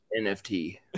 nft